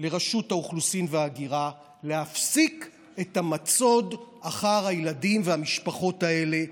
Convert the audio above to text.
לרשות האוכלוסין וההגירה להפסיק את המצוד אחר הילדים והמשפחות האלה.